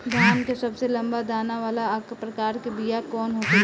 धान के सबसे लंबा दाना वाला प्रकार के बीया कौन होखेला?